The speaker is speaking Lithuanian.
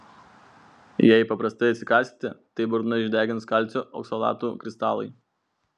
jei paprastai atsikąsite tai burną išdegins kalcio oksalatų kristalai